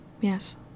Yes